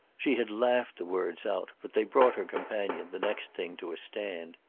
she had laughed the words out, but they brought her companion, the next thing, to a stand.